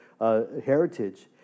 heritage